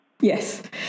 Yes